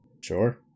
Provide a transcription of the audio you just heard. Sure